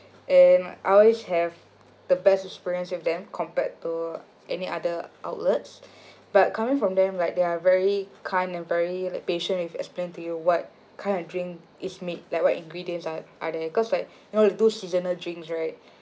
and I always have the best experience with them compared to any other outlets but coming from them like they are very kind and very like patient with explain to you what kind of drink is made like what ingredients are are there cause like you know like those seasonal drinks right